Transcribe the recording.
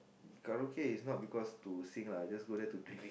karaoke is not because to sing lah I just go there to drink